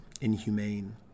inhumane